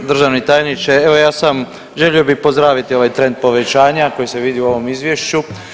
Državni tajniče, evo ja sam, želio bi pozdraviti ovaj trend povećanja koji se vidi u ovom izvješću.